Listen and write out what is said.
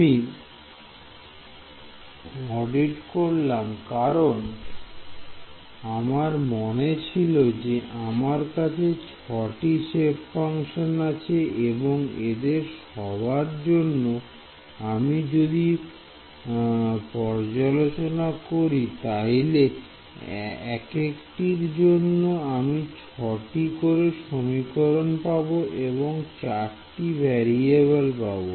আমি পর্যালোচনা করলাম কারণ আমার মনে ছিল যে আমার কাছে 6 টি সেপ ফাংশন আছে এবং এদের সবার জন্য আমি যদি পর্যালোচনা করি তাইলে একেকটির জন্য আমি 6 টি করে সমীকরণ পাব এবং চারটি ভেরিয়েবল পাব